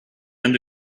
end